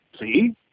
see